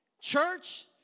Church